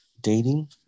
dating